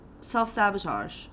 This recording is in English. self-sabotage